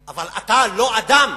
אבל אתה לא אדם.